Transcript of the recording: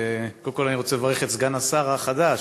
קודם כול אני רוצה לברך את סגן השר החדש.